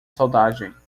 soldagem